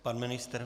Pan ministr?